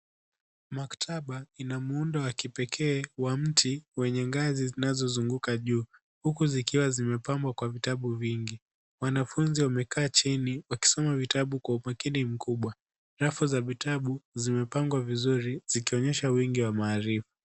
Maktaba ina muundo wa kipekee wa mti wenye ngazi zinazozunguka juu, huku zikiwa zimepambwa kwa vitabu vingi. Wanafunzi wamekaa chini wakisoma vitabu kwa umakini mkubwa. Rafu za vitabu zimepangwa vizuri zikionyesha wingi wa maarifa.